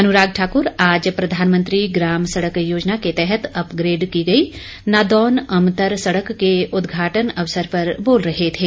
अनुराग ठाकुर आज प्रधानमंत्री ग्राम सड़क योजना के तहत अपग्रेड की गई नादौन अमतर सड़क के उद्घाटन अवसर पर बोल रहे थे